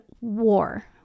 war